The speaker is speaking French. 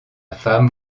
femme